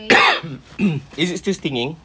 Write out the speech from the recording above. is it still stinging